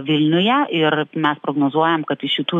vilniuje ir mes prognozuojam kad iš šitų